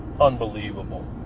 Unbelievable